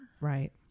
Right